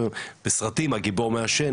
בסרטים הגיבור מעשן,